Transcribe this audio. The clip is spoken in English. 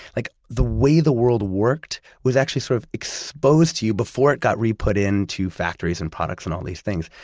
like the way the world worked was actually sort of exposed to you, before it got re-put into factories and products and all these things.